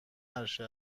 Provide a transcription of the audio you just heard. عرشه